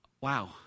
wow